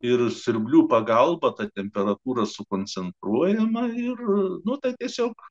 ir siurblių pagalba ta temperatūra sukoncentruojama vyru nutarė tiesiog